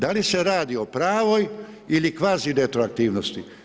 Da li se radi o pravoj ili kvazi retroaktivnosti?